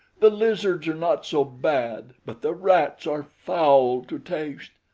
the lizards are not so bad but the rats are foul to taste.